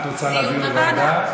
את רוצה להעביר לוועדה?